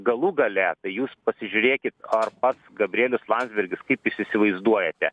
galų gale jūs pasižiūrėkit ar pats gabrielius landsbergis kaip jūs įsivaizduojate